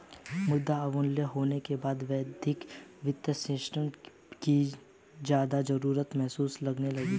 मुद्रा अवमूल्यन होने के बाद वैश्विक वित्तीय सिस्टम की ज्यादा जरूरत महसूस की जाने लगी